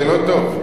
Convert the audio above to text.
זה לא טוב.